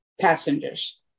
passengers